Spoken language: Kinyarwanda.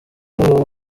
ubu